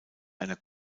einer